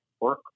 work